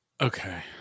okay